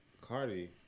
Cardi